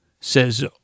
says